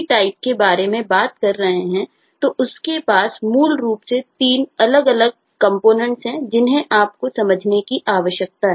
type हैं जिन्हें आपको समझने की आवश्यकता है